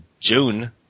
June